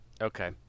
okay